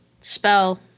spell